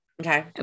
Okay